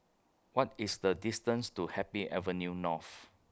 What IS The distance to Happy Avenue North